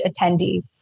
attendee